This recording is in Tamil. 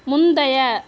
முந்தைய